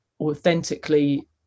authentically